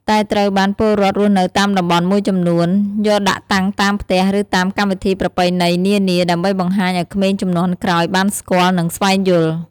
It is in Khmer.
តែត្រូវបានពលរដ្ឋរស់នៅតាមតំបន់មួយចំនួន យកដាក់តាំងតាមផ្ទះ ឬតាមកម្មវិធីប្រពៃណីនានា ដើម្បីបង្ហាញឱ្យក្មេងជំនាន់ក្រោយបានស្គាល់ និងស្វែងយល់។